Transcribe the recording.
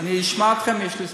אני אשמע אתכם, יש לי זמן.